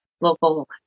local